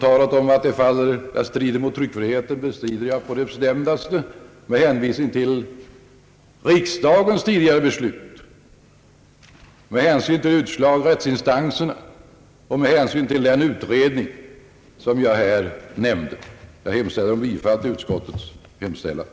Uttalandet om att ett förbud mot alkoholreklam skulle strida mot tryckfrihetsförordningen vill jag på det bestämdaste opponera mig emot med hänvisning till riksdagens tidigare beslut, till det utslag av rättsinstanserna, som jag omnämnt, och till den utredning jag här åberopat. Jag hemställer om bifall till utskottets förslag.